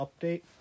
update